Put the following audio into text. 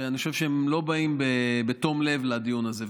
שאני חושב שהם לא באים בתום לב לדיון הזה,